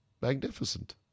magnificent